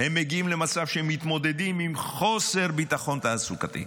מגיעים למצב שהם מתמודדים עם חוסר ביטחון תעסוקתי.